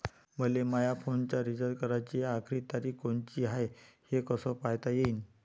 मले माया फोनचा रिचार्ज कराची आखरी तारीख कोनची हाय, हे कस पायता येईन?